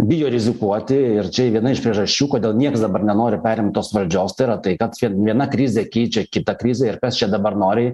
bijo rizikuoti ir čia viena iš priežasčių kodėl nieks dabar nenori perimt tos valdžios tai yra tai kad viena krizė keičia kitą krizę ir kas čia dabar nori